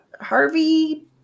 Harvey